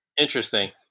Interesting